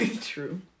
True